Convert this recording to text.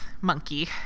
monkey